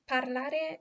Parlare